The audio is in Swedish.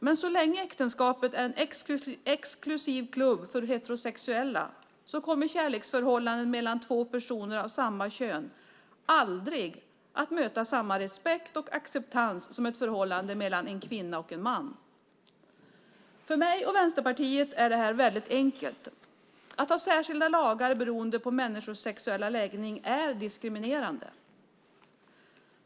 Men så länge äktenskapet är en exklusiv klubb för heterosexuella kommer kärleksförhållanden mellan två personer av samma kön aldrig att möta samma respekt och acceptans som ett förhållande mellan en kvinna och en man. För mig och Vänsterpartiet är detta väldigt enkelt. Att ha särskilda lagar beroende på människors sexuella läggning är diskriminerande.